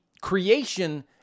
creation